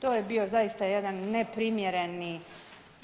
To je bio zaista jedan neprimjereni